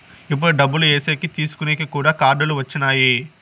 ఇప్పుడు డబ్బులు ఏసేకి తీసుకునేకి కూడా కార్డులు వచ్చినాయి